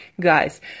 Guys